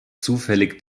zufällig